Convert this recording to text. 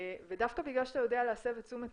ודווקא בגלל שאתה יודע להסב את תשומת